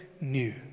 new